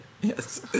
Yes